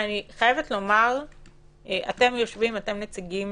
אתם הנציגים